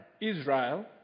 Israel